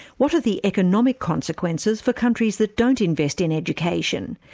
what are the economic consequences for countries that don't invest in education?